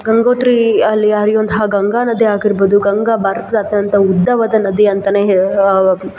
ಗಂಗೋತ್ರಿ ಅಲ್ಲಿ ಹರಿಯುವಂತಹ ಗಂಗಾ ನದಿ ಆಗಿರ್ಬೋದು ಗಂಗಾ ಭಾರತದ ಅತ್ಯಂತ ಉದ್ದವಾದ ನದಿ ಅಂತಲೇ ಹೇ